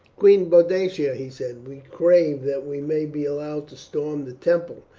queen boadicea, he said, we crave that we may be allowed to storm the temple.